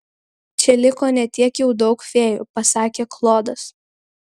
čia liko ne tiek jau daug fėjų pasakė klodas